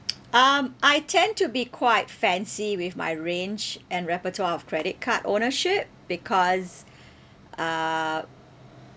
um I tend to be quite fancy with my range and repertoire of credit card ownership because uh